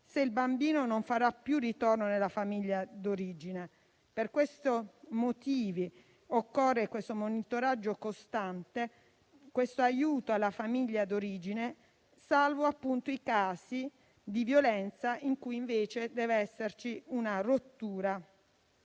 se il bambino non farà più ritorno nella famiglia di origine. Per questi motivi occorre il monitoraggio costante, l'aiuto alla famiglia d'origine, salvo i casi di violenza in cui, invece, deve esserci una rottura